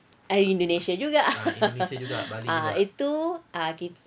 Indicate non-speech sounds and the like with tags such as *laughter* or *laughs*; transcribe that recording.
ah indonesia juga *laughs* ah itu kita